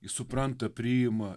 supranta priima